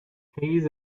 hayes